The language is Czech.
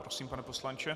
Prosím, pane poslanče.